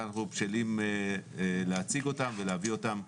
אנחנו בשלים להציג אותם ולהביא אותם.